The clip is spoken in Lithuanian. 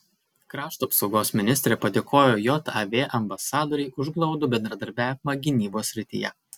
krašto apsaugos ministrė padėkojo jav ambasadorei už glaudų bendradarbiavimą gynybos srityje